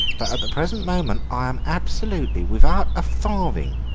but at the present moment i am absolutely without a farthing.